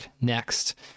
next